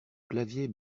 clavier